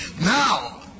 Now